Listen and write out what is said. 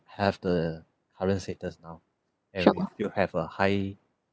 have the current status now and we'll have a high